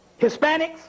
Hispanics